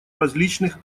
различных